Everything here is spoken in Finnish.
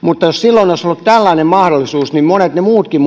mutta jos silloin olisi ollut tällainen mahdollisuus niin monet muutkin